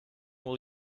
will